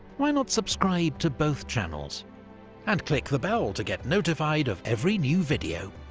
why not subscribe to both channels and click the bell to get notified of every new video.